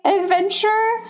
Adventure